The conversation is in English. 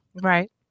right